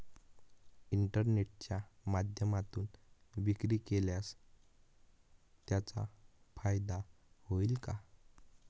इंटरनेटच्या माध्यमातून विक्री केल्यास त्याचा फायदा होईल का?